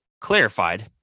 clarified